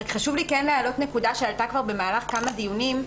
חשוב לי להעלות נקודה שעלתה כבר במהלך כמה דיונים.